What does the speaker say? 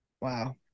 Wow